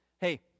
Hey